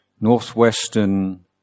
northwestern